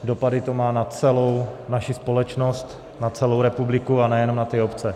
Dopady to má na celou naši společnost, na celou republiku, a nejenom na ty obce.